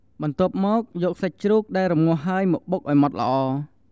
បន្ទាប់មក យកសាច់ជ្រូកដែលរំងាស់ហើយមកបុកឲ្យម៉ត់ល្អ។